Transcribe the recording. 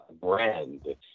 brand